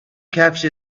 کفشت